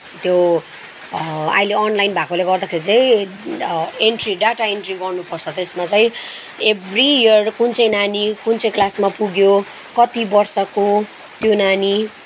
त्यो अहिले अनलाइन भएकोले गर्दाखेरि चाहिँ एन्ट्री डाटा एन्ट्री गर्नुपर्छ त्यसमा चाहिँ एभ्री इयर कुन चाहिँ नानी कुन चाहिँ क्लासमा पुग्यो कति वर्षको त्यो नानी